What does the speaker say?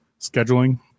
scheduling